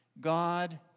God